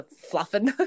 fluffing